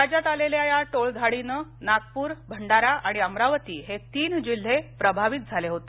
राज्यात आलेल्या या टोळधाडीने नागपूर भंडारा आणि अमरावती हे तीन जिल्हे प्रभावित झाले होते